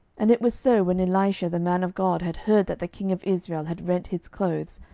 and it was so, when elisha the man of god had heard that the king of israel had rent his clothes,